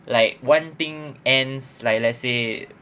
like one thing ends like let's say